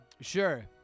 sure